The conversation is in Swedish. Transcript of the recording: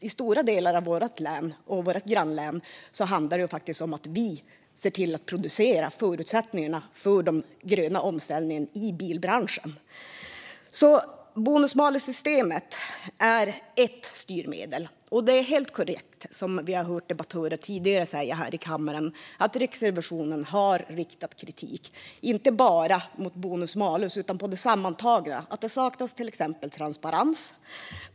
I stora delar av vårt län och vårt grannlän handlar det faktiskt om att vi ser till att producera förutsättningarna för den gröna omställningen i bilbranschen. Bonus malus-systemet är ett styrmedel. Som vi tidigare hört debattörer helt korrekt säga här i kammaren har Riksrevisionen riktat kritik, inte bara mot bonus malus utan mot det sammantagna, till exempel för att det saknas transparens.